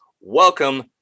welcome